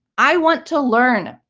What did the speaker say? i want to learn.